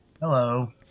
Hello